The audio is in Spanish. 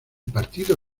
partido